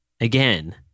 again